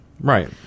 Right